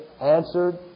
answered